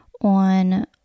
on